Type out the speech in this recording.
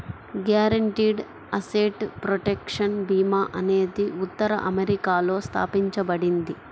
guaranteed asset protection భీమా అనేది ఉత్తర అమెరికాలో స్థాపించబడింది